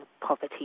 poverty